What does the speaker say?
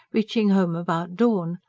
reaching home about dawn.